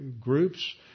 groups